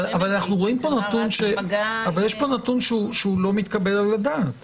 אבל יש פה נתון שלא מתקבל על הדעת